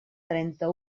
trenta